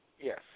Yes